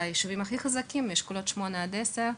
באשר ליישובים החזקים ביותר מאשכולות שמונה עד עשר,